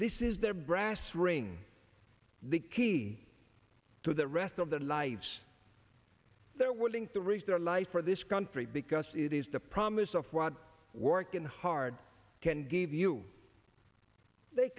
this is their brass ring the key to the rest of their lives they're willing to risk their life for this country because it is the promise of what working hard can give you they